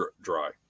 dry